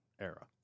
era